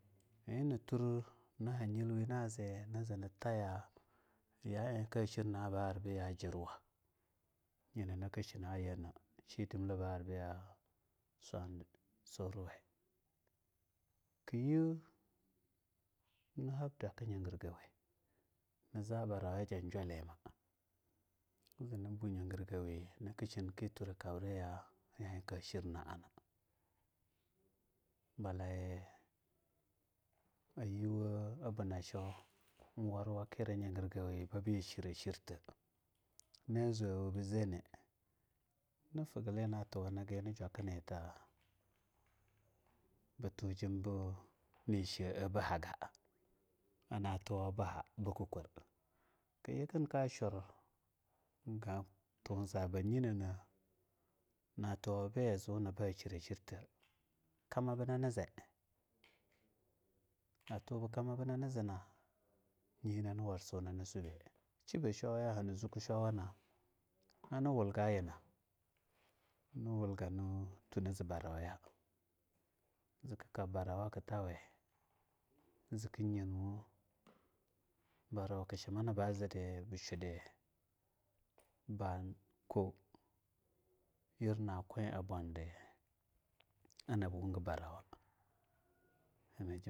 Yinu tur naha nyilwe na za ni zee ni taya ya iee ka shirna a ba arbi jirwa nyina na ku shina a yena shi dimla ba arbu swar..bu suruwe ku - yiw nani hab daka nye gargawe, ni za barawa janjalime ni zee ni bu nye girgawe naki shinke turakap-riyo ya iee ka shirna ana bala yi a yuwo buna shwo a warwakira nyegargawe bi shira shirta, na zowo bizeene ni fugalina tu waniga ni jwakini tabi tujimbu nishea bu haga a na tuwo buha, buku kwarkayikin ke shura ga tu zaa bayinana na tuwo be zewna shira shirta ka ma benani zee atubu kama bunani zee na nani war su nani subbe shibo shwoya hani zuku shwo wana nani wulga yina ni wulga tu nani zee barauya zee ku kab barawa ku taweena zee ku nyenwa barawa ku shimnaba zeedi ba-ko-yirnakwi a bandi anab wugu barawa ane.